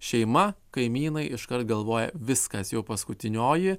šeima kaimynai iškart galvoja viskas jau paskutinioji